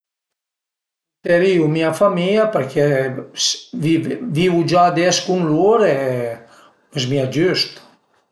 Purterìu mia famia perché vivu già ades cun lur e më zmia giüst